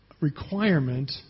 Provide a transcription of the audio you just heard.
requirement